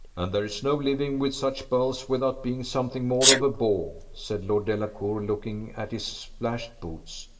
and there is no living with such belles without being something more of a beau, said lord delacour, looking at his splashed boots.